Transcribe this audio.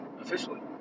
officially